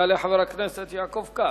יעלה חבר הכנסת יעקב כץ.